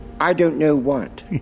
I-don't-know-what